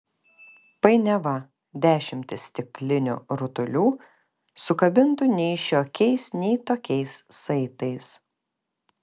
painiava dešimtys stiklinių rutulių sukabintų nei šiokiais nei tokiais saitais